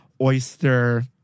oyster